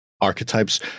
archetypes